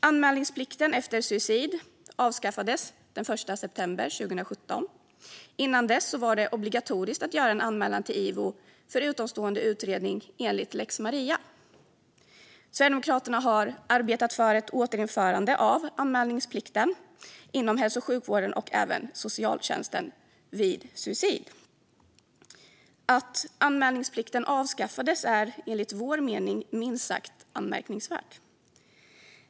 Anmälningsplikten efter suicid avskaffades den 1 september 2017. Innan dess var det obligatoriskt att göra en anmälan till Ivo för utomstående utredning enligt lex Maria. Sverigedemokraterna har arbetat för ett återinförande av anmälningsplikten inom hälso och sjukvården och socialtjänsten vid suicid. Att anmälningsplikten avskaffades är enligt vår mening minst sagt anmärkningsvärt.